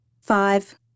Five